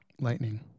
Lightning